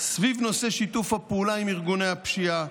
סביב נושא שיתוף הפעולה עם ארגוני הפשיעה,